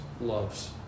loves